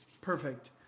perfect